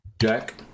Jack